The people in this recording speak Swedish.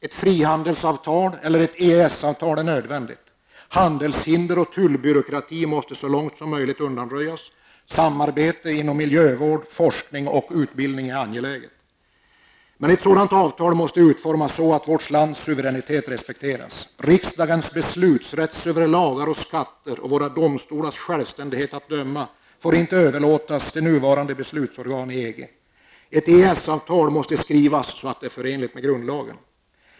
Ett frihandelsavtal eller ett EES-avtal är nödvändigt. Handelshinder och tullbyråkrati måste så långt som möjligt undanröjas. Samarbete inom miljövård, forskning och utbildning är angeläget. Ett sådant avtal måste dock utformas så att vårt lands suveränitet respekteras. Riksdagens beslutsrätt över lagar och skatter och våra domstolars självständighet att döma får inte överlåtas till nuvarande beslutsorgan i EG. Ett EES-avtal måste skrivas så att det är förenligt med grundlagen.